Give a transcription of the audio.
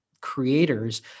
creators